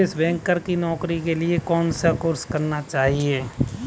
निवेश बैंकर की नौकरी करने के लिए कौनसा कोर्स करना होगा?